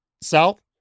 South